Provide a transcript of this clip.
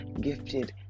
gifted